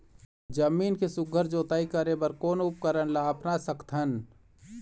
जमीन के सुघ्घर जोताई करे बर कोन उपकरण ला अपना सकथन?